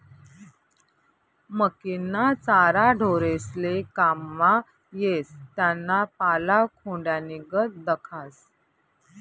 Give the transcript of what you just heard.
मक्कीना चारा ढोरेस्ले काममा येस त्याना पाला खोंड्यानीगत दखास